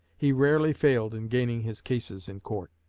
he rarely failed in gaining his cases in court.